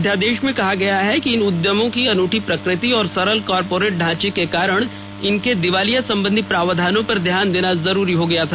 अध्यादेश में कहा गया है कि इन उद्यमों की अनुठी प्रकृति और सरल कॉर्पोरेट ढांचे के कारण इनके दिवालिया संबंधी प्रावधानों पर ध्यान देना जरूरी हो गया था